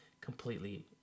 completely